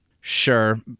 sure